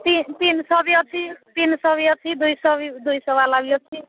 ତିନି ତିନି ଶହ ବି ଅଛି ତିନି ଶହ ବି ଅଛି ଦୁଇ ଶହ ବି ଦୁଇ ଶହ ବାଲା ବି ଅଛି